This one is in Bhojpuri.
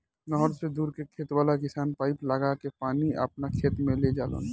नहर से दूर के खेत वाला किसान पाइप लागा के पानी आपना खेत में ले जालन